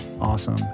awesome